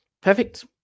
Perfect